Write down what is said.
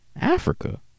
Africa